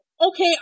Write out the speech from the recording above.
okay